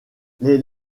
les